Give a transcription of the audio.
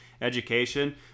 education